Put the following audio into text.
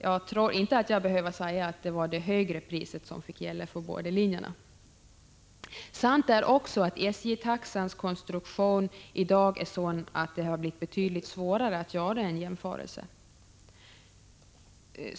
Jag tror inte jag behöver säga att det var det högre priset som fick gälla på båda linjerna. Sant är också att SJ-taxans konstruktion i dag är sådan att det blivit betydligt svårare att göra en jämförelse.